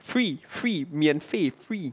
free free 免费 free